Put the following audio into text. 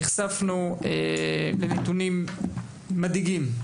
נחשפנו לנתונים מדאיגים.